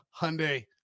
Hyundai